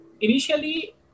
Initially